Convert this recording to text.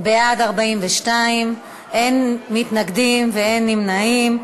בעד, 42, אין מתנגדים ואין נמנעים.